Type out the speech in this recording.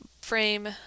frame